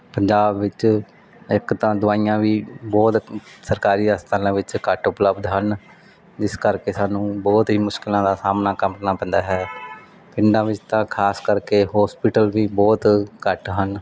ਪੰਜਾਬ ਵਿੱਚ ਇੱਕ ਤਾਂ ਦਵਾਈਆਂ ਵੀ ਬਹੁਤ ਸਰਕਾਰੀ ਹਸਪਤਾਲਾਂ ਵਿੱਚ ਘੱਟ ਉਪਲਬਧ ਹਨ ਜਿਸ ਕਰਕੇ ਸਾਨੂੰ ਬਹੁਤ ਹੀ ਮੁਸ਼ਕਿਲਾਂ ਦਾ ਸਾਹਮਣਾ ਕਰਨਾ ਪੈਂਦਾ ਹੈ ਪਿੰਡਾਂ ਵਿੱਚ ਤਾਂ ਖਾਸ ਕਰਕੇ ਹੋਸਪੀਟਲ ਵੀ ਬਹੁਤ ਘੱਟ ਹਨ